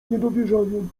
niedowierzaniem